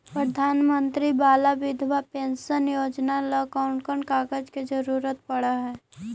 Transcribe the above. प्रधानमंत्री बाला बिधवा पेंसन योजना ल कोन कोन कागज के जरुरत पड़ है?